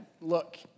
look